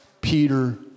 Peter